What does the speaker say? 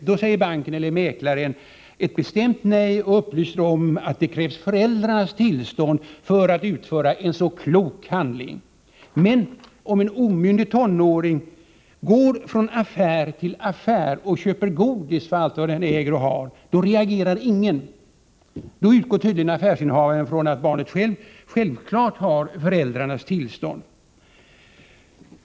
Då säger banken eller mäklaren ett bestämt nej och upplyser om att det krävs föräldrarnas tillstånd för att utöva en så klok handling. Men om en omyndig tonåring går från affär till affär och köper godis för allt vad han äger och har reagerar ingen! Då utgår tydligen affärsinnehavarna från att det är självklart att barnet har föräldrarnas tillstånd.